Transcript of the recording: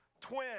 twin